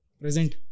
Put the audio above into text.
present